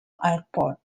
airport